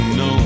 no